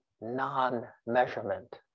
non-measurement